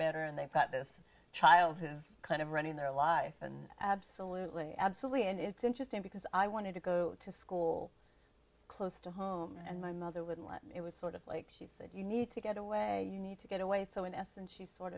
better and they've got this child who is kind of running their life and absolutely absolutely and it's interesting because i wanted to go to school close to home and my mother wouldn't let me it was sort of like she said you need to get away you need to get away so in essence she sort